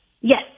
Yes